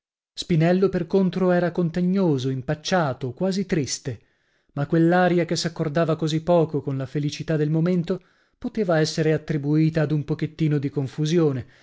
spinello per contro era contegnoso impacciato quasi triste ma quell'aria che s'accordava così poco con la felicità del momento poteva essere attribuita ad un pochettino di confusione